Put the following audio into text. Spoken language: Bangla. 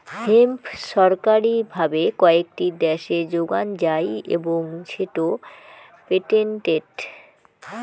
হেম্প ছরকারি ভাবে কয়েকটি দ্যাশে যোগান যাই এবং সেটো পেটেন্টেড